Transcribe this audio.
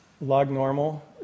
log-normal